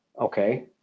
Okay